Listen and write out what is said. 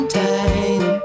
time